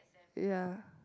ya